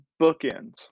bookends